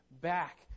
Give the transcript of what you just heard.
back